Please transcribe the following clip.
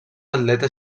atleta